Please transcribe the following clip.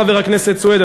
חבר הכנסת סוייד,